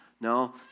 No